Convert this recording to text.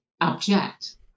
object